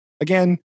Again